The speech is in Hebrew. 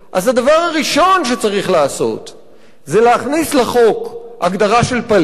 אז הדבר הראשון שצריך לעשות זה להכניס לחוק הגדרה של פליט,